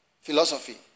Philosophy